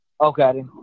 Okay